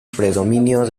predominio